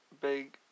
big